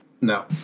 No